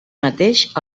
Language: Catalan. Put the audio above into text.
mateix